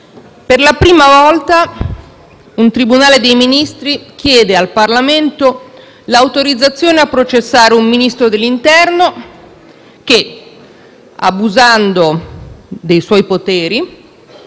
Per la prima volta un tribunale dei Ministri chiede al Parlamento l'autorizzazione a processare un Ministro dell'interno che, abusando dei suoi poteri